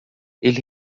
ele